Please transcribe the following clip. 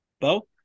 Bo